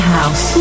House